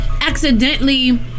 accidentally